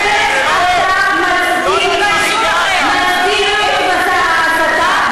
בעצם אתה מצדיק את מסע ההסתה,